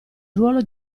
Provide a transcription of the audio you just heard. ruolo